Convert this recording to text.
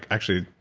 actually,